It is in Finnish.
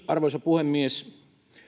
arvoisa puhemies